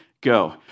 Go